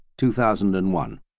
2001